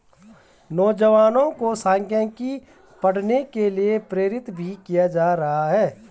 नौजवानों को सांख्यिकी पढ़ने के लिये प्रेरित भी किया जाता रहा है